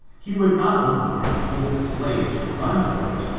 he would not only have told the slave to run for it,